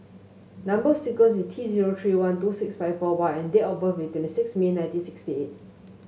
number sequence is T zero three one two six five four Y and date of birth is twenty six May nineteen sixty eight